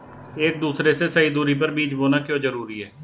एक दूसरे से सही दूरी पर बीज बोना क्यों जरूरी है?